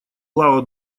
лао